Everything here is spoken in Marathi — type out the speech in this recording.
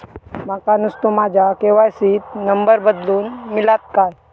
माका नुस्तो माझ्या के.वाय.सी त नंबर बदलून मिलात काय?